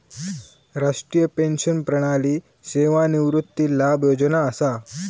राष्ट्रीय पेंशन प्रणाली सेवानिवृत्ती लाभ योजना असा